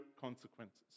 consequences